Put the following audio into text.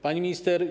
Pani Minister!